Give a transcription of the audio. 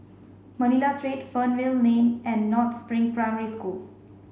Manila Street Fernvale Lane and North Spring Primary School